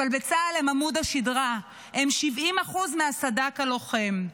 אבל בצה"ל הם עמוד השדרה, הם 70% מהסד"כ הלוחם.